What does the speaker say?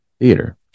theater